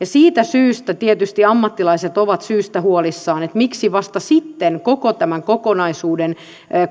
siitä syystä tietysti ammattilaiset ovat syystä huolissaan että miksi vasta sitten koko tämän kokonaisuuden